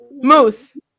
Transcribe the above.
Moose